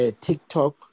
TikTok